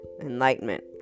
enlightenment